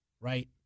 Right